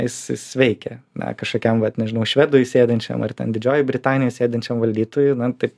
jis jis veikia na kažkokiam vat nežinau švedui sėdinčiam ar ten didžiojoj britanijoj sėdinčiam valdytojui na taip